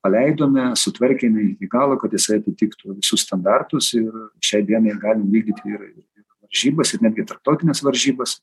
paleidome sutvarkėme iki galo kad jisai atitiktų visus standartus ir šiai dienai jis gali vykdyti ir varžybas ir netgi tarptautines varžybas